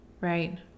right